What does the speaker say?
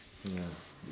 ya